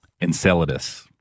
Enceladus